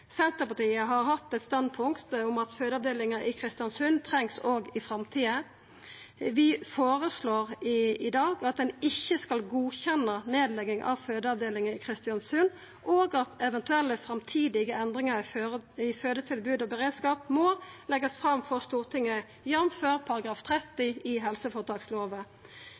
Senterpartiet har hatt eit standpunkt om at fødeavdelinga i Kristiansund òg trengst i framtida. Vi føreslår i dag at ein ikkje skal godkjenna nedlegging av fødeavdelinga i Kristiansund, og at eventuelle framtidige endringar i fødetilbod og beredskap må leggjast fram for Stortinget, jf. § 30 i helseføretakslova.